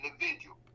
individual